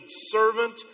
servant